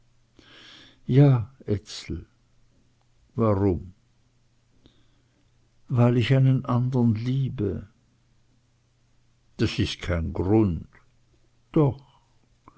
ja ezel warum weil ich einen andern liebe das ist kein grund doch